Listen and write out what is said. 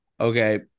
Okay